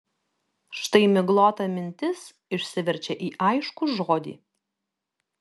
štai miglota mintis išsiverčia į aiškų žodį